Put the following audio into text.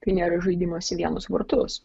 tai nėra žaidimas į vienus vartus